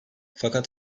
fakat